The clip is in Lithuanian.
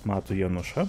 matu januša